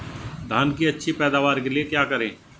धान की अच्छी पैदावार के लिए क्या करें?